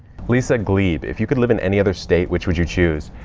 lisa gliebe if you could live in any other state, which would you choose?